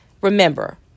Remember